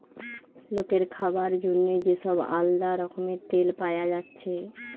লোকের খাবার জন্যে যে সব আলদা রকমের তেল পায়া যাচ্ছে